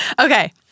Okay